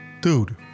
Dude